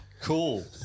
Cool